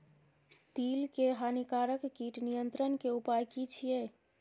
तिल के हानिकारक कीट नियंत्रण के उपाय की छिये?